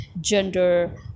gender